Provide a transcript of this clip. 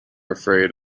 afraid